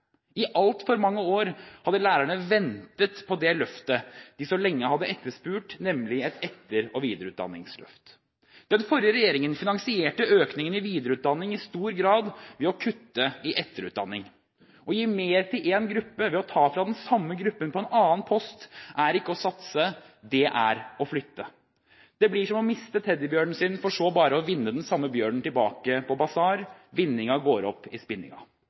I altfor mange år hadde lærerne ventet på det løftet de så lenge hadde etterspurt, nemlig et etter- og videreutdanningsløft. Den forrige regjeringen finansierte økningen i videreutdanning i stor grad ved å kutte i etterutdanning. Å gi mer til en gruppe ved å ta fra den samme gruppen på en annen post, er ikke å satse, det er å flytte. Det blir som å miste teddybjørnen sin for så bare å vinne den samme bjørnen tilbake på basar – vinninga går opp i spinninga.